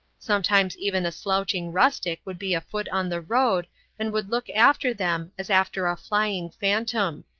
sometimes even a slouching rustic would be afoot on the road and would look after them, as after a flying phantom.